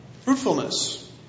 Fruitfulness